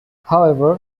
however